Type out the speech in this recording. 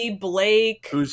Blake